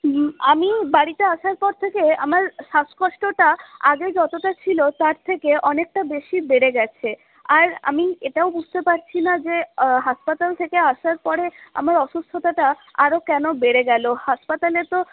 হুম আমি বাড়িতে আসার পর থেকে আমার শ্বাসকষ্টটা আগে যতটা ছিল তার থেকে অনেকটা বেশি বেড়ে গেছে আর আমি এটাও বুঝতে পারছি না যে হাসপাতাল থেকে আসার পরে আমার অসুস্থতাটা আরো কেন বেড়ে গেলো হাসপাতালে তো